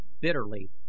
Bitterly